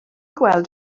gweld